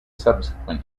subsequent